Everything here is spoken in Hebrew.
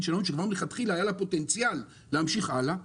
שכבר מלכתחילה היה לה פוטנציאל להמשיך הלאה.